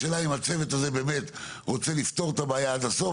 השאלה אם הצוות באמת רוצה לפתור את הבעיה עד הסוף?